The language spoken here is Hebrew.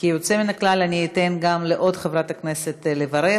כיוצא מן הכלל, אני אתן לעוד חברת כנסת לברך.